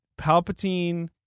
Palpatine